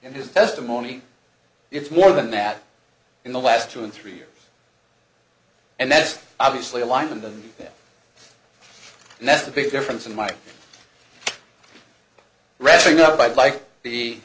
in his testimony it's more than that in the last two and three years and that's obviously a line in the and that's a big difference in my wrestling nobody like the